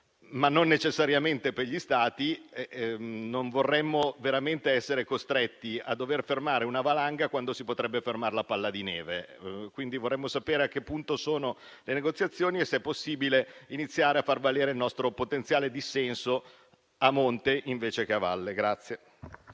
ma non necessariamente per gli Stati, per cui non vorremmo veramente essere costretti a dover fermare una valanga, quando si potrebbe fermare la palla di neve. Vorremmo quindi sapere a che punto sono le negoziazioni e se è possibile iniziare a far valere il nostro potenziale dissenso a monte, invece che a valle.